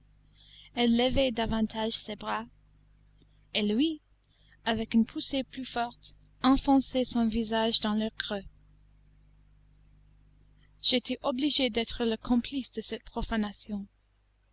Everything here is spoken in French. elle levait davantage ses bras et lui avec une poussée plus forte enfonçait son visage dans leur creux j'étais obligé d'être le complice de cette profanation